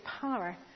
power